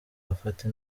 bafate